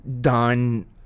done